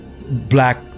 Black